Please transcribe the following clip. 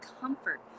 comfort